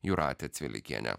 jūratė cvilikienė